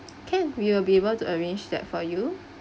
can we'll be able to arrange that for you